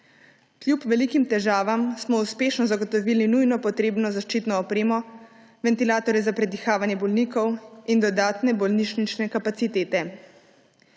Kljub velikim težavam smo uspešno zagotovili nujno potrebno zaščitno opremo, ventilatorje za predihavanje bolnikov in dodatne bolnišnične kapacitete.